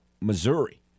Missouri